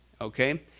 okay